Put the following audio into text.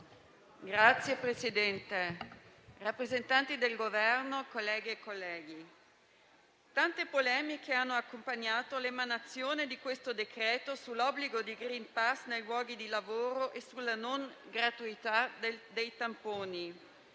Presidente, signori rappresentanti del Governo, colleghe e colleghi, tante polemiche hanno accompagnato l'emanazione di questo decreto sull'obbligo di *green pass* nei luoghi di lavoro e sulla non gratuità dei tamponi.